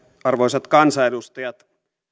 arvoisat kansanedustajat